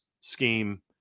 scheme